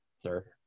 sir